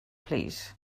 plîs